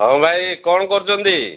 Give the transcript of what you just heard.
ହଁ ଭାଇ କ'ଣ କରୁଛନ୍ତି